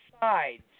sides